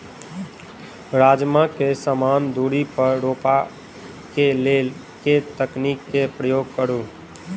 राजमा केँ समान दूरी पर रोपा केँ लेल केँ तकनीक केँ प्रयोग करू?